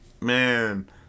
Man